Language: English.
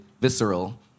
visceral